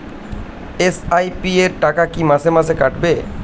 SIP র টাকা কী মাসে মাসে কাটবে?